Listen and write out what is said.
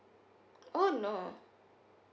oh no